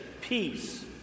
peace